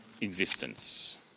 existence